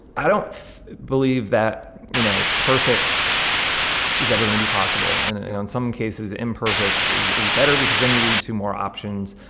i don't believe that, you know, perfect is ever going to be possible. and and and in some cases, imperfect is is better because then you lead to more options.